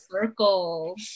circle